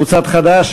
שיווק צפון,